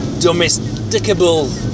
domesticable